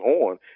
on